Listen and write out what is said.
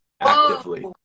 actively